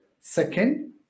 Second